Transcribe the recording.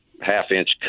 half-inch